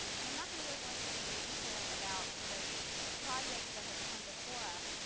and i'm not going to really go into any great detail about sort of the projects that have come before us,